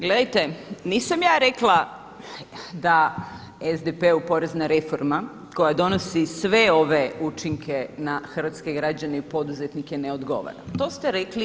Gledajte nisam ja rekla da SDP-u porezna reforma koja donosi sve ove učinke na hrvatske građane i poduzetnike ne odgovara, to ste rekli vi.